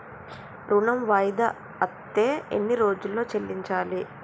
ఋణం వాయిదా అత్తే ఎన్ని రోజుల్లో చెల్లించాలి?